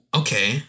okay